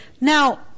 Now